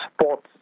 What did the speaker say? sports